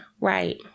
right